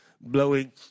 blowing